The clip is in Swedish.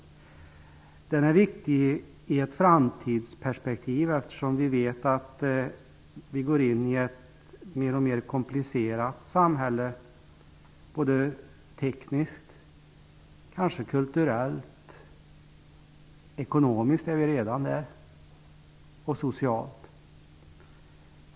Högskolepolitiken är viktig i ett framtidsperspektiv, eftersom vi vet att vi går in i ett alltmer komplicerat samhälle tekniskt och kanske också kulturellt men även ekonomiskt -- i det avseendet är det redan så -- och socialt.